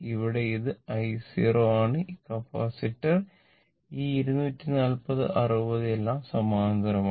ഇവിടെ ഇത് i 0 ആണ് ഈ കപ്പാസിറ്റർ ഈ 240 60 എല്ലാം സമാന്തരമാണ്